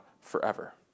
forever